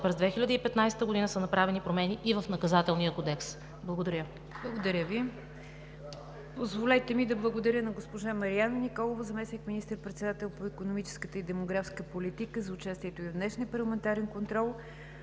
през 2015 г. са направени промени и в Наказателния кодекс. Благодаря. ПРЕДСЕДАТЕЛ НИГЯР ДЖАФЕР: Благодаря Ви. Позволете ми да благодаря на госпожа Марияна Николова – заместник министър-председател по икономическата и демографската политика, за участието ѝ в днешния парламентарен контрол.